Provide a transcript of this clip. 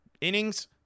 innings